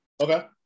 Okay